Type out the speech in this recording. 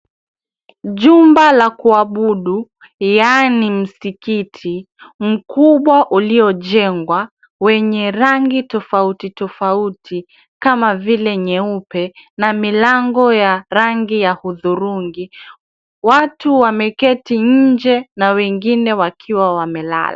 Jumba la kuabudu yaani msikiti mkubwa uliojengwa wenye tofauti tofauti kama vile nyeupe na milango ya rangi ya udhurungi. Watu wameketi nje na wengine wakiwa wamelala.